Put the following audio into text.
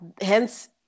Hence